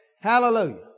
Hallelujah